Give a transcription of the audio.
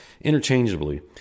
interchangeably